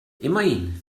immerhin